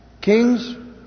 Kings